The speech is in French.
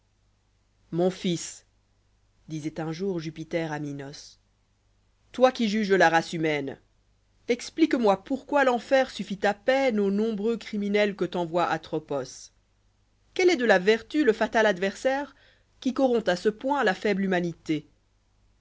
os fils disoit un jour jupiter à minos toi qui juges la race humaine explique-moi pourquoi l'enfer suffit à peine aux nombreux criminels que t'envoie atropos quel est de la vertu le fatal adversaire qui corrompt à ce point la foible humanité